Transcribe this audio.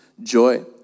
joy